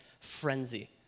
frenzy